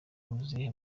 muzehe